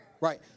right